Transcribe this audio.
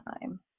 time